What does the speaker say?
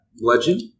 Legend